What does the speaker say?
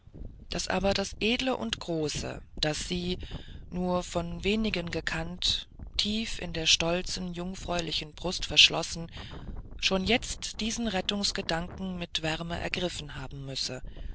daß aber das edle und große das sie nur von wenigen gekannt tief in der stolzen jungfräulichen brust verschloß schon jetzt diesen rettungsgedanken mit wärme ergriffen haben müsse